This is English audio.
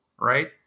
right